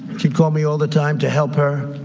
she called me all the time to help her.